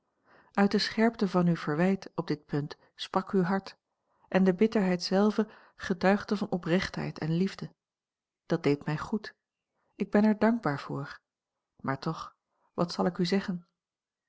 uit de scherpte van uw verwijt op dit punt sprak uw hart en de bitterheid zelve getuigde van oprechtheid en liefde dat deed mij goed ik ben er dankbaar voor maar toch wat zal ik u zeggen